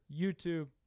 YouTube